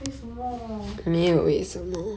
为什么